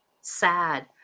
sad